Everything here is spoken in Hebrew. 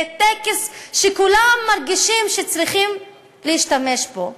זה טקס שכולם מרגישים שהם צריכים להשתתף בו.